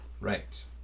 right